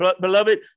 beloved